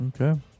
Okay